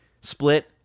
split